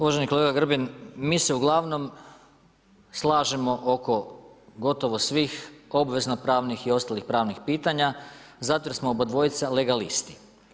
Uvaženi kolega Grbin, mi se uglavnom slažemo oko gotovo svih obvezno pravnih i ostalih pravnih pitanja zato jer smo obadvojica legalisti.